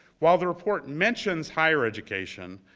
while the report mentions higher education,